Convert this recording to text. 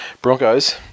Broncos